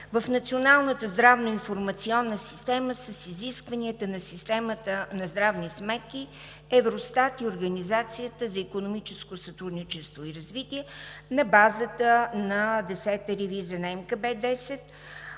на Националната здравна информационна система с изискванията на Системата за здравни сметки Евростат и Организацията за икономическо сътрудничество и развитие на базата на Десета ревизия МКБ-10,